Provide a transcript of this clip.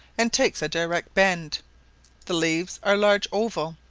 and takes a direct bend the leaves are large oval,